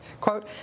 Quote